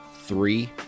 Three